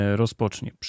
rozpocznie